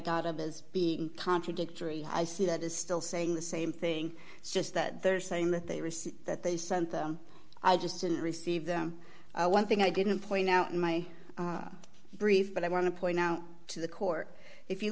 up as being contradictory i see that is still saying the same thing it's just that they're saying that they received that they sent them i just didn't receive them one thing i didn't point out in my brief but i want to point out to the court if you